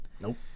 Nope